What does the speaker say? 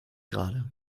gerade